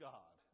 God